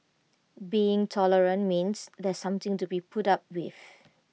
being tolerant means there's something to be put up with